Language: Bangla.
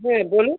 হ্যাঁ বলুন